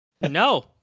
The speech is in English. No